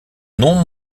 non